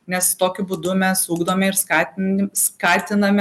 nes tokiu būdu mes ugdome ir skatini skatiname